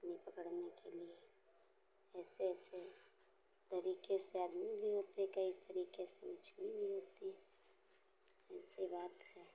मछली पकड़ने के लिए ऐसे ऐसे तरीके से आदमी भी होते हैं कई तरीके पूछने भी होते हैं वैसे बात है